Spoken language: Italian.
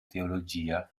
teologia